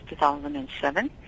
2007